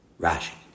Rashi